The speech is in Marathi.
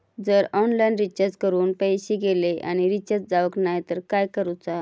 जर ऑनलाइन रिचार्ज करून पैसे गेले आणि रिचार्ज जावक नाय तर काय करूचा?